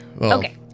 Okay